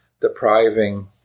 depriving